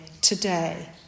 today